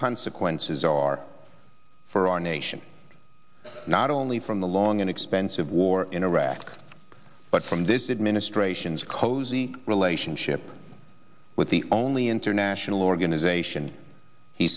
consequences are for our nation not only from the long and expensive war in iraq but from this administration's cozy relationship with the only international organization he